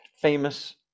famous